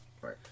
Right